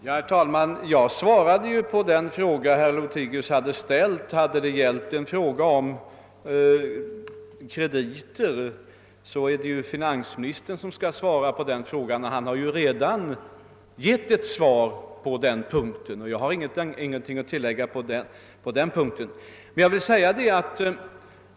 Herr talman! Jag svarade på den fråga herr Lothigius ställde. Om det gällde krediter är det finansministern som skall svara på frågan. Han har redan svarat på den punkten, och jag har ingenting att tillägga därvidlag.